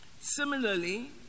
Similarly